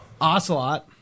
Ocelot